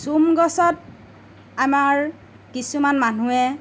চোম গছত আমাৰ কিছুমান মানুহে